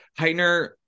Heitner